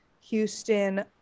houston